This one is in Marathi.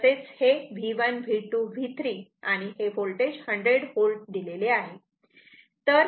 तसेच हे V1 V2 V3 आणि होल्टेज 100 V दिलेले आहे